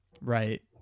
Right